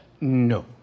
No